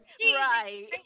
Right